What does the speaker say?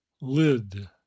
lid